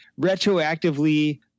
retroactively